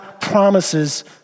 promises